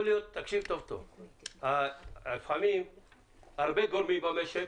לפעמים הרבה גורמים במשק